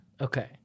Okay